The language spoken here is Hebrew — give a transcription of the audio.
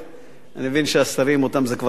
אני מבין שהשרים, אותם זה כבר לא מעניין.